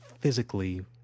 physically